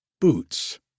boots